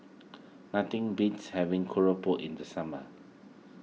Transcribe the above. nothing beats having Keropok in the summer